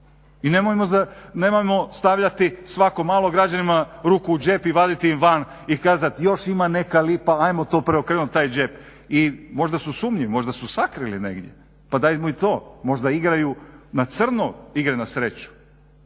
i nemojmo stavljati svako malo građanima ruku u džep i vaditi ih van i kazat još ima neka lipa, ajmo to preokrenut taj džep. I možda su sumnjivi, možda su sakrili negdje pa dajmo i to, možda igraju na crno igre na sreću,